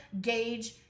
gauge